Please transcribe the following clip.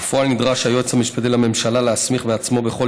בפועל נדרש היועץ המשפטי לממשלה להסמיך בעצמו בכל